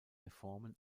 reformen